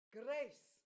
grace